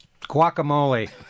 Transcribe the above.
Guacamole